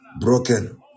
broken